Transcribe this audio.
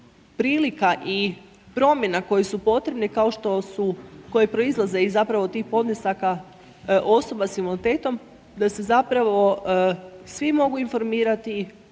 prilika i promjena koje su potrebne kao što su, koje proizlaze iz zapravo tih podnesaka osoba s invaliditetom, da se zapravo svi mogu informirati,